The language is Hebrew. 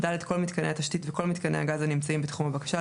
כל מיתקני התשתית וכל מיתקני הגז הנמצאים בתחום הבקשה,